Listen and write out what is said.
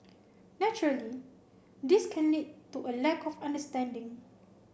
naturally this can lead to a lack of understanding